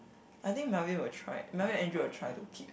I think Melvin will try Melvin or Andrew will try to keep